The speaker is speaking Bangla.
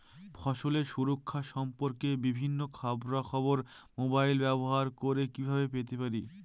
ফসলের সুরক্ষা সম্পর্কে বিভিন্ন খবরা খবর মোবাইল ব্যবহার করে কিভাবে পেতে পারি?